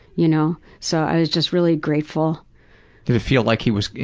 you know. so i was just really grateful. did it feel like he was,